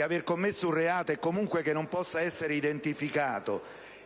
aver commesso un reato e che non possa essere identificato: